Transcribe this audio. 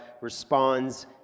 responds